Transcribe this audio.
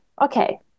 Okay